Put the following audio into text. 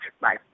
Bye